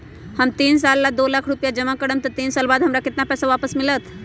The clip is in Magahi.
हम तीन साल ला दो लाख रूपैया जमा करम त तीन साल बाद हमरा केतना पैसा वापस मिलत?